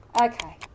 okay